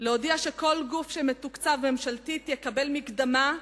להודיע שכל גוף שמתוקצב ממשלתית יקבל מקדמה,